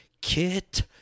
kit